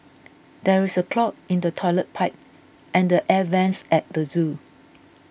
there is a clog in the Toilet Pipe and the Air Vents at the zoo